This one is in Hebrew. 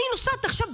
אני נוסעת עכשיו,